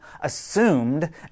assumed